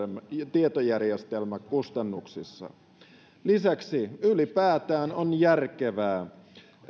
tietojärjestelmäkustannuksissa lisäksi ylipäätään on järkevää